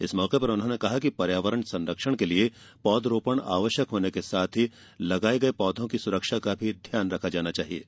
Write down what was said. इस मौके पर उन्होंने कहा कि पर्यावरण संरक्षण के लिये पौधारोपण आवश्यक होने के साथ ही लगाये गये पौधों की सुरक्षा का ध्यान भी रखा जाना चाहिये